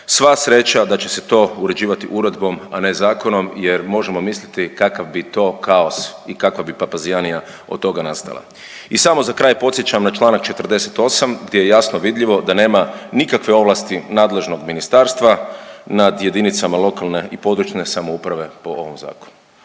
sva sreća da će se to uređivati uredbom, a ne zakonom jer možemo misliti kakav bi to kaos i kakva bi papazjanija od toga nastala. I samo za kraj podsjećam na čl. 48 gdje je jasno vidljivo da nema nikakve ovlasti nadležnog ministarstva nad jedinicama lokalne i područne samouprave po ovom Zakonu.